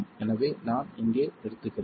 எனவே நான் இங்கே நிறுத்துகிறேன்